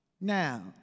Now